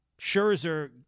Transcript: Scherzer –